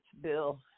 bill